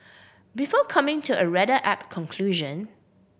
before coming to a rather apt conclusion